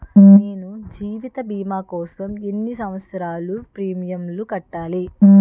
నేను జీవిత భీమా కోసం ఎన్ని సంవత్సారాలు ప్రీమియంలు కట్టాలి?